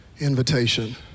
invitation